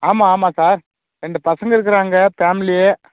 ஆமாம் ஆமாம் சார் ரெண்டு பசங்க இருக்குறாங்க ஃபேமிலி